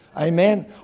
Amen